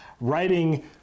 writing